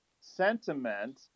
sentiment